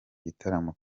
gitaramo